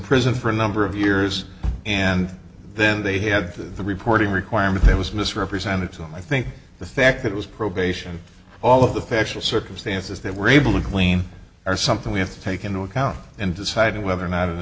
prison for a number of years and then they had the reporting requirement that was misrepresented to him i think the fact it was probation all of the factual circumstances that we're able to glean are something we have to take into account in deciding whether or not an